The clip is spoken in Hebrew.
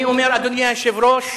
אני אומר, אדוני היושב-ראש,